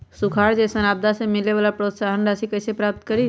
सुखार जैसन आपदा से मिले वाला प्रोत्साहन राशि कईसे प्राप्त करी?